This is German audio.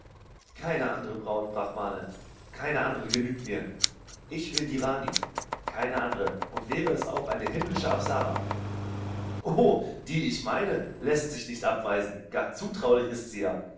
keine andere braut brahmane keine andere genügt mir ich will die rani keine andere und wäre es auch eine himmlische apsara o die ich meine läßt sich nicht abweisen gar zutraulich ist sie ja